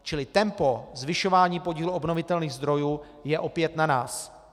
Čili tempo zvyšování podílu obnovitelných zdrojů je opět na nás.